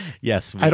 Yes